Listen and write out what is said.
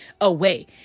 away